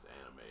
anime